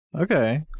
Okay